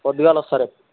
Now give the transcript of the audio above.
పొద్దుగాల వస్తా రేపు